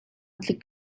tlik